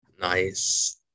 Nice